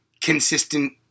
consistent